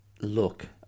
look